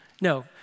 no